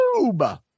YouTube